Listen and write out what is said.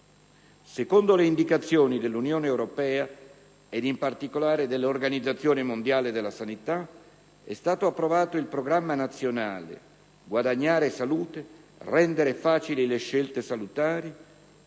Secondo le indicazioni dell'Unione Europea e, in particolare, dell'Organizzazione mondiale della sanità, è stato approvato il programma nazionale «Guadagnare Salute: rendere facili le scelte salutari»,